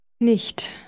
Nicht